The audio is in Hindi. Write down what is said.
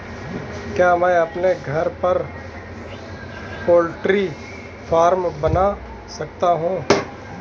क्या मैं अपने घर पर पोल्ट्री फार्म बना सकता हूँ?